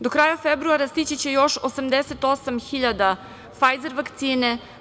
Do kraja februara stići će još 88 hiljada Fajzer vakcine.